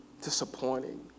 Disappointing